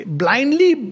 blindly